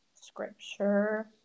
scripture